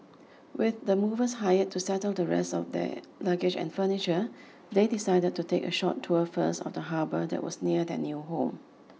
with the movers hired to settle the rest of their luggage and furniture they decided to take a short tour first of the harbour that was near their new home